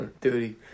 Duty